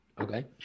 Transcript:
Okay